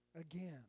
again